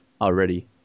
Already